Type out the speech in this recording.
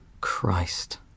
Christ